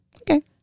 Okay